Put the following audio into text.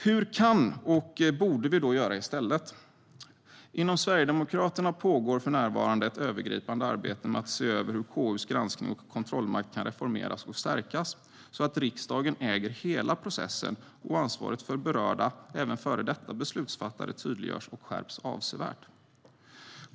Hur kan och borde vi då göra i stället? Inom Sverigedemokraterna pågår för närvarande ett övergripande arbete med att se över hur KU:s granskning och kontrollmakt kan reformeras och stärkas så att riksdagen äger hela processen och så att ansvaret för berörda, även före detta, beslutsfattare tydliggörs och skärps avsevärt.